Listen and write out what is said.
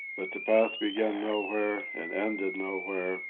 but the path began nowhere and ended nowhere,